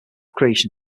creation